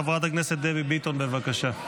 חברת הכנסת דבי ביטון, בבקשה,